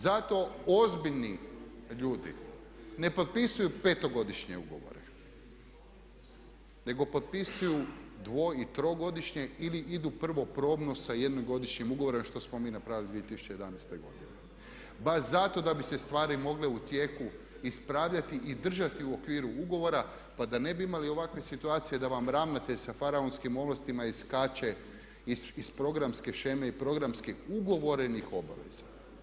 Zato ozbiljni ljudi ne potpisuju petogodišnje ugovore, nego potpisuju dvo i trogodišnje ili idu prvo probno sa jednogodišnjim ugovorom što smo mi napravili 2011. godine baš zato da bi se stvari mogle u tijeku ispravljati i držati u okviru ugovora, pa da ne bi imali ovakve situacije da vam ravnatelj sa faraonskim ovlastima iskače iz programske sheme i programski ugovorenih obaveza.